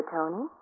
Tony